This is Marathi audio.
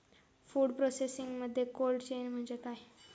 फूड प्रोसेसिंगमध्ये कोल्ड चेन म्हणजे काय?